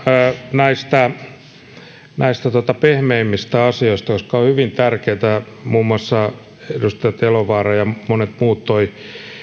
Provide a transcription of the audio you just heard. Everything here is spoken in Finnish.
näistä pehmeimmistä asioista koska on hyvin tärkeätä muun muassa edustaja elovaara ja monet muut toivat